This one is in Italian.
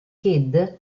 kid